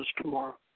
tomorrow